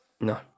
No